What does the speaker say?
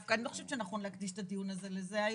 אני לא חושבת שנכון להקדיש את הדיון הזה לזה היום.